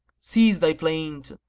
cease thy plaint,